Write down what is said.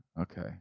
Okay